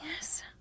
Yes